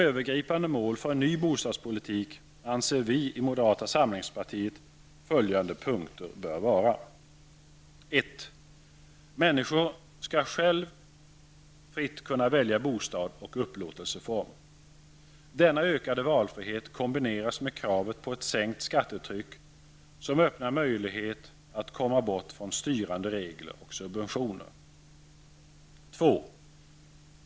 Övergripande mål för en ny bostadspolitik anser vi i moderata samlingspartiet att följande punkter bör vara: 1. Människor skall själva fritt kunna välja bostad och upplåtelseform. Denna ökade valfrihet kombineras med kravet på ett sänkt skattetryck, som öppnar möjlighet att komma bort från styrande regler och subventioner. 2.